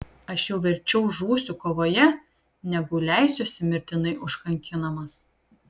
aš jau verčiau žūsiu kovoje negu leisiuosi mirtinai užkankinamas